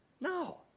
No